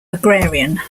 agrarian